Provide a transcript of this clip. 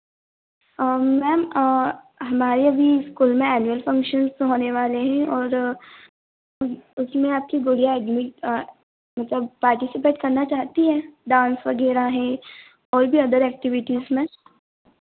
ma'am हमारे अभी school में एनुअल फंक्शन्स होने वाले हैं और उस उसमें आपकी गुड़िया एडमिट मतलब पार्टिसिपेट करना चाहती हैं डांस वगैरह है और भी अदर एक्टिविटीज़ में